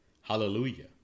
Hallelujah